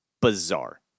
bizarre